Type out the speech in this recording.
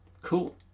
Cool